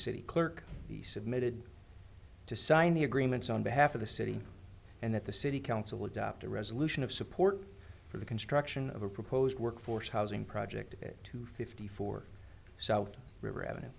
city clerk he submitted to sign the agreements on behalf of the city and that the city council adopt a resolution of support for the construction of a proposed workforce housing project two fifty four so